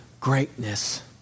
greatness